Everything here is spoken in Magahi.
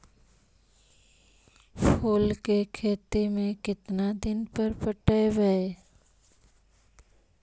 फूल के खेती में केतना दिन पर पटइबै?